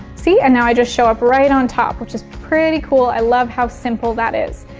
see, and now i just show up right on top, which is pretty cool. i love how simple that is.